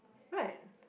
right